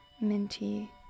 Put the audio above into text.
minty